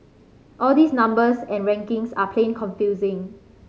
all these numbers and rankings are plain confusing